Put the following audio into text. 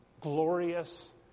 glorious